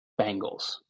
Bengals